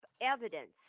evidence